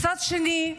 מצד שני,